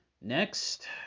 Next